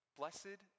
Blessed